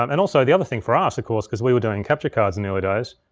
um and also the other thing for us, of course, cause we were doing capture cards in the early days,